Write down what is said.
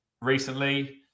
recently